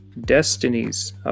destinies